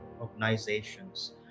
organizations